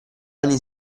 anni